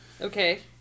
Okay